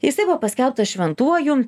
jisai buvo paskelbtas šventuoju